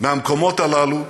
מהמקומות הללו,